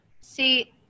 See